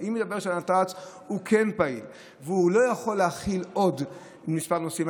אם מתברר שנת"צ הוא כן פעיל ולא יכול להכיל עוד נוסעים,